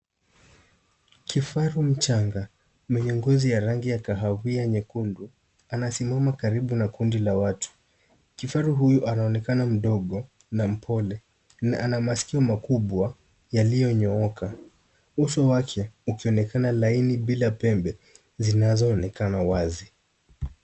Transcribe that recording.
Kifaru mchanga mwenye ngozi ya rangi ya kahawia nyekundu anasimama karibu na kundi la watu. Kifaru huyu anaonekana mdogo na mpole na ana masikio makubwa yaliyonyooka, uso wake ukionekana laini bila pembe zinazoonekana wazi.